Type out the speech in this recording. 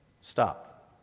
Stop